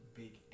big